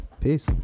Peace